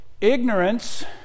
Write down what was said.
Ignorance